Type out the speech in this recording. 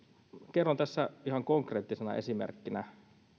kerron tässä ihan konkreettisena esimerkkinä